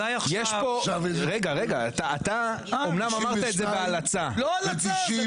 אתה אמנם אמרת את זה בהלצה --- לא הלצה.